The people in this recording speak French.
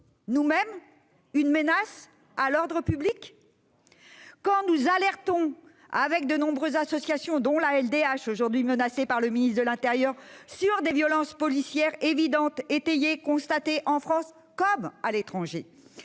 sommes-nous une menace à l'ordre public, quand nous alertons, aux côtés de nombreuses associations, dont la LDH, aujourd'hui menacée par le ministre de l'intérieur, sur des violences policières évidentes, étayées, constatées en France comme à l'étranger ?